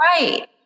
Right